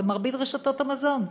במרבית רשתות המזון.